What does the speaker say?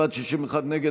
55 בעד, 61 נגד.